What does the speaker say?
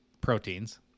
proteins